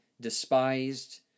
despised